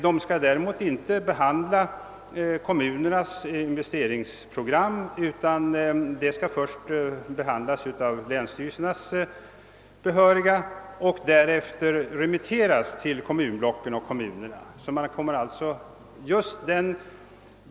De skall däremot inte behandla kommunernas investeringsprogram, utan dessa skall först behandlas av länsstyrelsernas behöriga organ och därefter remitteras till kommunblocken och kommunerna.